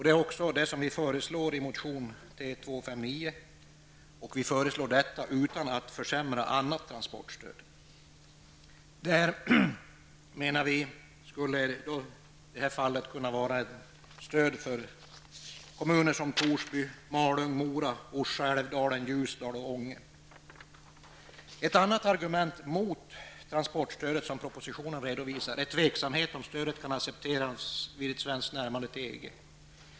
Det är också vad vi föreslår i motion T259 utan att annat transportstöd föreslås bli försämrat. Kommuner som Torsby, Malung, Mora, Orsa, Älvdalen, Ljusdal och Ånge skulle gynnas av detta. Ett annat argument mot transportstödet som propositionen redovisar är tveksamhet om stödet kan accepteras vid ett svenskt närmande till EG.